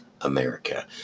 America